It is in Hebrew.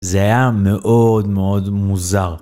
זה היה מאוד מאוד מוזר.